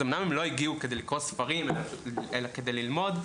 אז אמנם הם לא הגיעו בשביל לקרוא ספרים אלא כדי ללמוד,